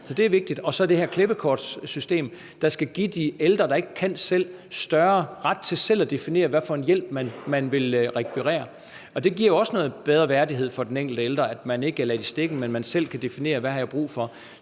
i. Det er vigtigt. Så er der det her klippekortsystem, som skal give de ældre, der ikke kan selv, større ret til selv at definere, hvilken hjælp man vil rekvirere. Det giver også større værdighed for den ældre, at man ikke er ladt i stikken, men selv kan definere, hvad man har brug for.